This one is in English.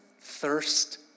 thirst